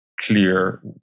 clear